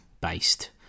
based